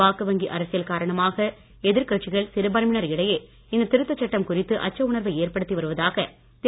வாக்கு வங்கி அரசியல் காரணமாக எதிர்கட்சிகள் சிறுபான்மையினர் இடையே இந்த திருத்தச் சட்டம் குறித்து அச்ச உணர்வை ஏற்படுத்தி வருவதாக திரு